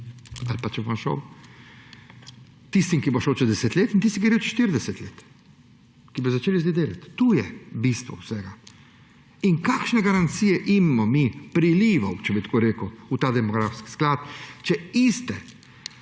let, če bom šel, ali pa tistemu, ki bo šel čez 10 let, in tistemu, ki bo šel čez 40 let, ki bo začel zdaj delati. To je bistvo vsega. In kakšne garancijo imamo mi prilivov, če bi tako rekel, v ta demografski sklad, če bodo